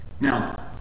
Now